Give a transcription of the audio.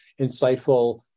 insightful